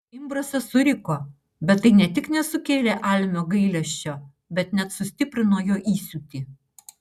imbrasas suriko bet tai ne tik nesukėlė almio gailesčio bet net sustiprino jo įsiūtį